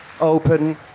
Open